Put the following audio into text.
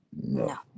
No